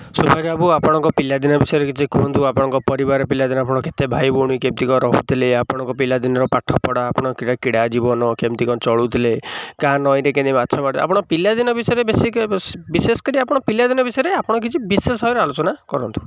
ସୁରଜ ବାବୁ ଆପଣଙ୍କ ପିଲାଦିନ ବିଷୟରେ କିଛି କୁହନ୍ତୁ ଆପଣଙ୍କ ପରିବାର ପିଲାଦିନ ଆପଣ କେତେ ଭାଇ ଭଉଣୀ କେମିତି କ'ଣ ରହୁଥିଲେ ଆପଣଙ୍କ ପିଲାଦିନର ପାଠପଢ଼ା ଆପଣଙ୍କ କ୍ରୀଡ଼ା କ୍ରୀଡ଼ା ଜୀବନ କେମିତି କ'ଣ ଚଳୁଥିଲେ ଗାଁ ନଈରେ କେମିତି ମାଛ ମାରୁଥିଲେ ଆପଣଙ୍କ ପିଲାଦିନ ବିଷୟରେ ବେଶୀ ବେଶୀ ବିଶେଷ କରି ଆପଣଙ୍କ ପିଲାଦିନ ବିଷୟରେ ଆପଣ କିଛି ବିଶେଷ ଭାବରେ ଆଲୋଚନା କରନ୍ତୁ